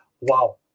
wow